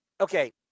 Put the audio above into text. okay